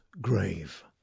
Grave